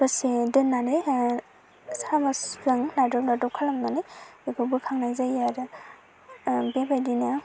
दसे दोन्नानै सामसजों नारदम नारदम खालामनानै बेखौ बोखांनाय जायो आरो बेबायदिनो